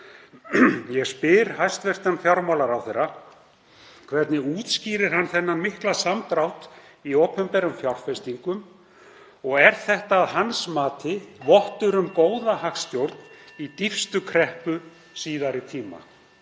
Ég spyr hæstv. fjármálaráðherra: Hvernig útskýrir hann þennan mikla samdrátt í opinberum fjárfestingum? Er þetta að hans mati vottur um góða hagstjórn í dýpstu kreppu síðari tíma?